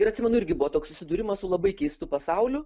ir atsimenu irgi buvo toks susidūrimas su labai keistu pasauliu